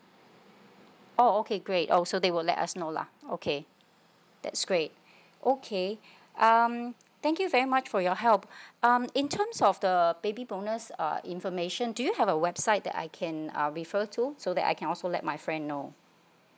oh okay great oh so they will let us know lah okay that's great okay um thank you very much for your help um in terms of the baby bonus uh information do you have a website that I can uh refer to so that I can also let my friend know